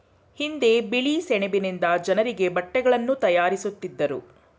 ಹಿಂದೆ ಬಿಳಿ ಸೆಣಬಿನಿಂದ ಜನರಿಗೆ ಬಟ್ಟೆಗಳನ್ನು ತಯಾರಿಸುತ್ತಿದ್ದರು